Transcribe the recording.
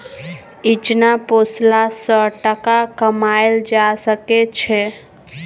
इचना पोसला सँ टका कमाएल जा सकै छै